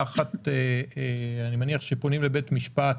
אני מניח שפונים לבית המשפט.